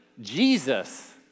Jesus